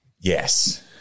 Yes